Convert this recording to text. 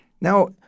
Now